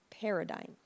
paradigm